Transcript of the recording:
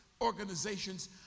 organizations